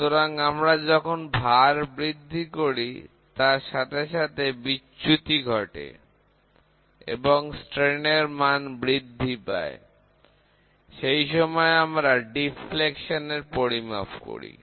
সুতরাং আমরা যখন ভার বৃদ্ধি করি তার সাথে সাথে বিচ্যুতি ঘটে এবং বিকৃতির মান বৃদ্ধি পায় সেই সময় আমরা ডিফ্লেকশন পরিমাপ করি